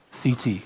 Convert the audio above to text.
CT